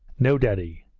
no, daddy,